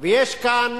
ויש כאן